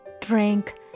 drink